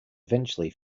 eventually